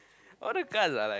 all the cards are like